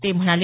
ते म्हणाले